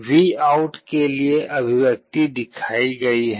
VOUT के लिए अभिव्यक्ति दिखाई गई है